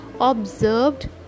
observed